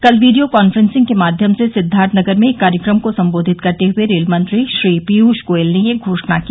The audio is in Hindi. कल वीडियो कांफ्रेंसिंग के माध्यम से सिद्वार्थनगर में एक कार्यक्रम को संबोधित करते हुए रेलमंत्री श्री पीयूष गोयल ने यह घोषणा की